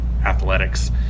athletics